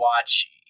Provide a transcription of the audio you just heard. watch